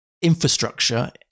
infrastructure